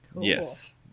yes